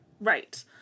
right